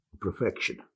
perfection